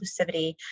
inclusivity